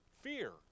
fear